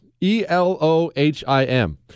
E-L-O-H-I-M